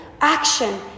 action